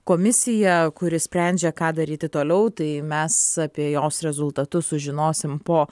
komisija kuri sprendžia ką daryti toliau tai mes apie jos rezultatus sužinosim po